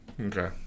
Okay